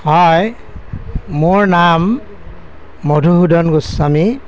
হয় মোৰ নাম মধূসুদন গোস্বামী